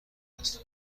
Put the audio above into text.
است